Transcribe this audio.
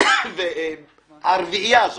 הרביעייה הזאת